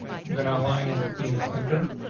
i'm gonna align it in the center.